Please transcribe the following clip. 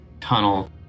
tunnel